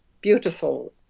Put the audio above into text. Beautiful